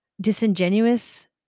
disingenuous